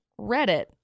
Reddit